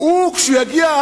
כשהוא יגיע,